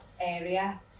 area